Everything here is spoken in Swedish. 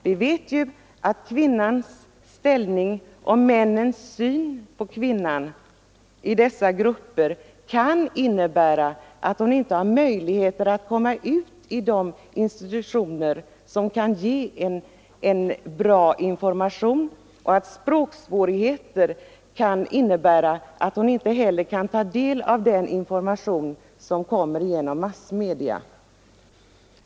Vi vet att kvinnans ställning och männens syn på kvinnan i dessa grupper kan medföra att hon inte har möjligheter att komma i kontakt med de institutioner som kan ge bra information och att språksvårigheterna kan medföra att hon inte heller kan ta del av den information som ges genom massmedia.